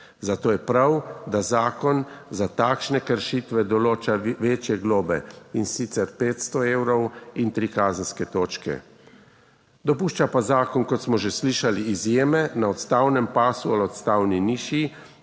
Zato je prav, da zakon za takšne kršitve določa večje globe, in sicer 500 evrov in tri kazenske točke. Dopušča pa zakon, kot smo že slišali, izjeme, na odstavnem pasu ali odstavni niši